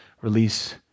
release